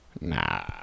Nah